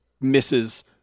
misses